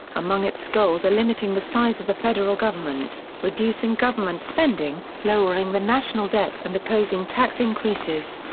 among its goals are limiting the size of the federal government, reducing government spending, lowering the national debt and opposing tax increases.